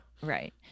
Right